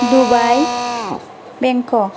Dubai Bangkok